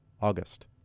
August